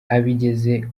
abigeze